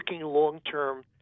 long-term